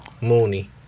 Mooney